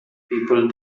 people